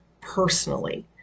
personally